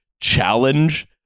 challenge